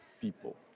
people